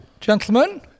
gentlemen